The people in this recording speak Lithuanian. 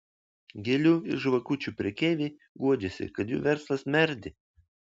gėlių ir žvakučių prekeiviai guodžiasi kad jų verslas merdi